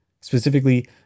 specifically